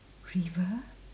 river